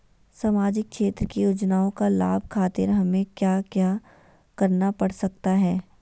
सामाजिक क्षेत्र की योजनाओं का लाभ खातिर हमें क्या क्या करना पड़ सकता है?